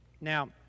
Now